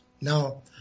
Now